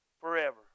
forever